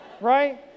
Right